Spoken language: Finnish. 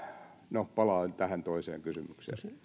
no palaan tähän toiseen kysymykseen